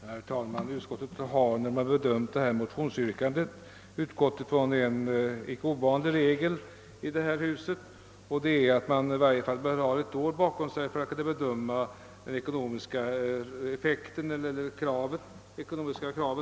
Herr talman! Utskottet har vid prövningen av motionsyrkandet utgått från en i detta hus icke ovanlig regel, nämligen att man bör ha åtminstone ett år på sig för att kunna bedöma en verksamhets ekonomiska behov.